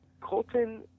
Colton